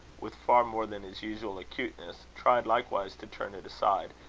with far more than his usual acuteness, tried likewise to turn it aside,